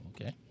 Okay